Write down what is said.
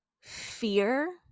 fear